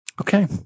Okay